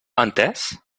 entès